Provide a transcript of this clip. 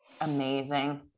Amazing